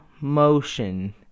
motion